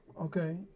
okay